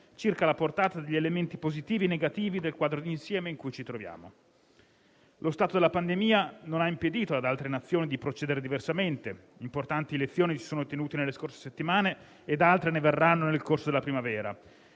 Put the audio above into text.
circa la portata degli elementi positivi e negativi del quadro di insieme in cui ci troviamo. Lo stato della pandemia non ha impedito ad altre nazioni di procedere diversamente. Importanti elezioni si sono tenute nelle scorse settimane e altre ne verranno nel corso della primavera;